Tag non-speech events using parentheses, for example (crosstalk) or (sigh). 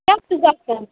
(unintelligible)